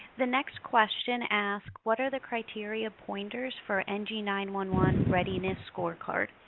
the next question asks what are the criteria pointers for n g nine one one readiness scorecard?